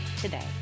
today